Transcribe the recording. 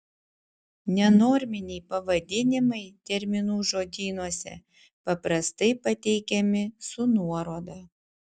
nenorminiai pavadinimai terminų žodynuose paprastai pateikiami su nuoroda